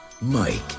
Mike